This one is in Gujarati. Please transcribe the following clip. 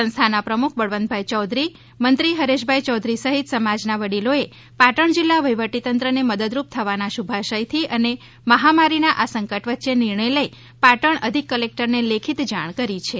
સંસ્થાના પ્રમુખ બળવંતભાઈ યૌધરી મંત્રી હરેશભાઈ યૌધરી સહિત સમાજના વડીલોએ પાટણ જિલ્લા વહીવટી તંત્રને મદદરૂપ થવાના શુભઆશયથી અને મહામારીના આ સંકટ વચ્ચે નિર્ણય લઈ પાટણ અધિક કલેકટરને લેખિત જાણ કરી છે